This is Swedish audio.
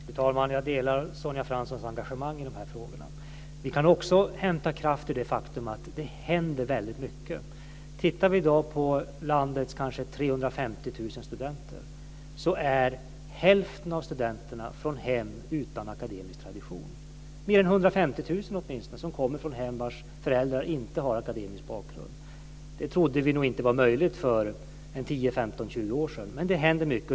Fru talman! Jag delar Sonja Franssons engagemang i de här frågorna. Vi kan också hämta kraft i det faktum att det händer väldigt mycket. Om vi ser på landets 350 000 studenter finner vi att hälften av dem kommer från hem utan akademisk tradition. Det är åtminstone 150 000 som kommer från hem där föräldrarna inte har akademisk bakgrund. Det trodde vi nog inte var möjligt för tio femton tjugo år sedan. Det händer mycket.